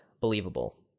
believable